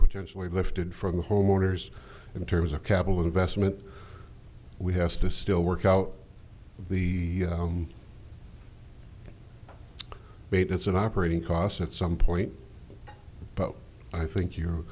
potentially lifted for the homeowners in terms of capital investment we have to still work out the home maybe that's an operating cost at some point but i think you